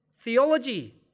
theology